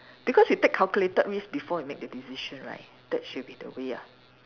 because we take calculated risk before we make the decision right that should be the way ah